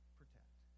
protect